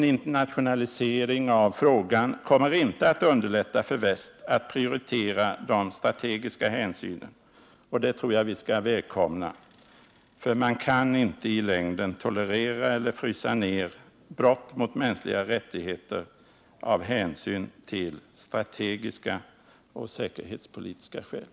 En internationalisering av Sydafrikafrågan kommer inte att underlätta för väst att prioritera de strategiska hänsynen. Det tror jag vi skall välkomna, för man kan inte i längden av strategiska och säkerhetspolitiska skäl tolerera eller frysa ner brott mot mänskliga rättigheter.